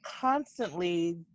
constantly